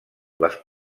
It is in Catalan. les